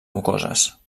mucoses